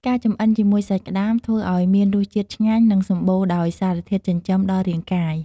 ការចម្អិនជាមួយសាច់ក្តាមធ្វើឱ្យមានរសជាតិឆ្ងាញ់ និងសម្បូរដោយសារធាតុចិញ្ចឹមដល់រាងកាយ។